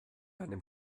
einem